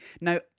Now